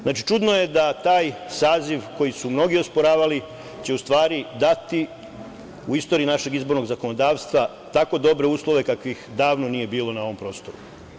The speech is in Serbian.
Znači, čudno je da taj saziv koji su mnogi osporavali će u stvari dati u istoriji našeg izbornog zakonodavstva tako dobre uslove kakvih davno nije bilo na ovom prostoru.